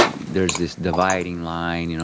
there's this dividing line, you know